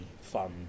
fun